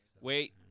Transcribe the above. Wait